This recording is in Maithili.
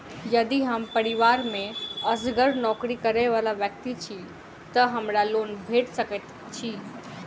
यदि हम परिवार मे असगर नौकरी करै वला व्यक्ति छी तऽ हमरा लोन भेट सकैत अछि?